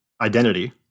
Identity